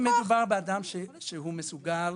אם מדובר באדם שהוא מסוגל